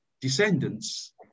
descendants